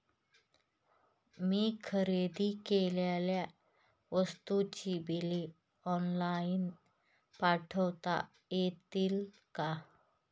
मी खरेदी केलेल्या वस्तूंची बिले ऑनलाइन पाठवता येतील का?